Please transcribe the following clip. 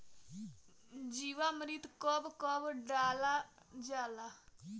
जीवामृत कब कब डालल जाला?